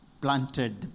planted